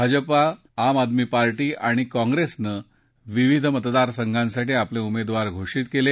Bhajpa Aam Aadmi party आणि काँग्रेसन विविध मतदारसंघांसाठी आपले उमेदवार घोषित केले